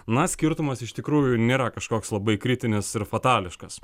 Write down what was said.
na skirtumas iš tikrųjų nėra kažkoks labai kritinis ir fatališkas